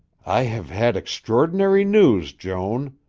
i have had extraordinary news, joan.